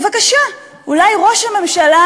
בבקשה, אולי ראש הממשלה,